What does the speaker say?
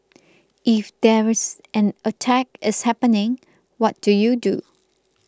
if there is an attack is happening what do you do